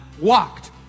walked